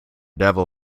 devil